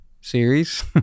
series